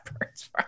Bird's